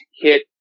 hit